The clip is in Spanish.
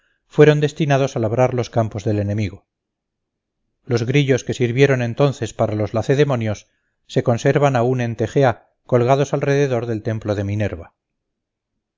fueron destinados a labrar los campos del enemigo los grillos que sirvieron entonces para los lacedemonios se conservan aun en tegea colgados alrededor del templo de minerva